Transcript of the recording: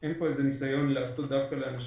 אין פה ניסיון לעשות דווקא לאנשים,